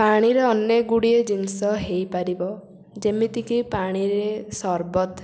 ପାଣିରେ ଅନେକ ଗୁଡ଼ିଏ ଜିନିଷ ହେଇପାରିବ ଯେମିତିକି ପାଣିରେ ସରବତ